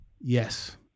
Yes